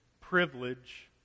privilege